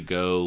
go